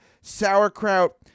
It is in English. sauerkraut